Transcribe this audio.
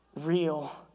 real